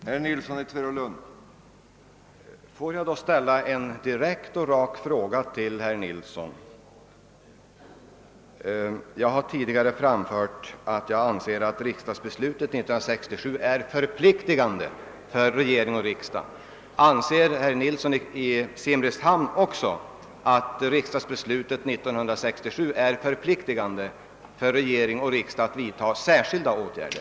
Herr talman! Jag ber att få ställa en direkt fråga till herr Johansson i Simrishamn. Jag har tidigare sagt att jag anser riksdagsbeslutet 1967 vara förpliktande för regering och riksdag att vidta särskilda åtgärder för sysselsättningen i Norrland. Anser herr Johansson i Simrishamn också att så är förhållandet?